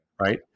Right